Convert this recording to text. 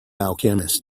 alchemist